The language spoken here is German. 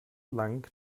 lang